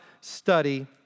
study